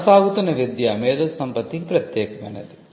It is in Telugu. కొనసాగుతున్న విద్య మేధోసంపత్తికి ప్రత్యేకమైనది